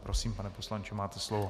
Prosím, pane poslanče, máte slovo.